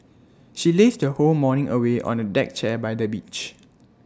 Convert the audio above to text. she lazed her whole morning away on A deck chair by the beach